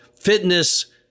fitness